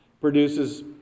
produces